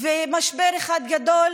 ומשבר אחד גדול,